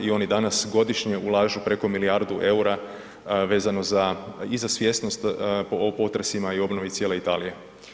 I oni danas godišnje ulažu preko milijardu eura vezano i za svjesnost o potresima i obnovi cijele Italije.